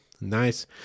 nice